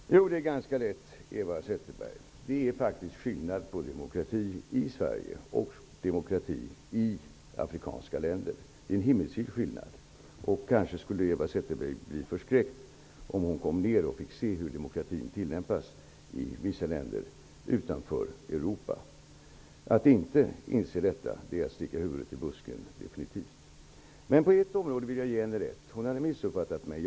Herr talman! Det är ganska lätt att svara på det, Eva Zetterberg. Det är faktiskt skillnad på demokrati i Sverige och demokrati i afrikanska länder. Det är en himmelsvid skillnad. Eva Zetterberg skulle kanske bli förskräckt om hon kom ner och fick se hur demokratin tillämpas i vissa länder utanför Europa. Att inte inse detta är definitivt att sticka huvudet i busken. På ett område vill jag ge Eva Zetterberg rätt. Hon hade missuppfattat mig.